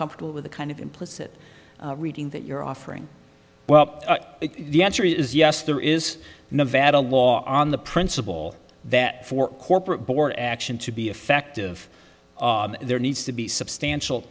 comfortable with the kind of implicit reading that you're offering well the answer is yes there is no vattel law on the principle that for corporate board action to be effective there needs to be substantial